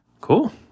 Cool